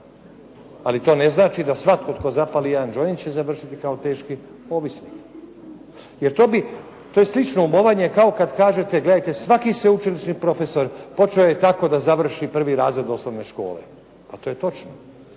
ali to ne znači da svatko tko zapali jedan joint će završiti kao teški ovisnik. Jer to je slično umovanje kao kad kažete gledajte svaki sveučilišni profesor počeo je tako da završi prvi razred osnovne škole. Pa to je točno,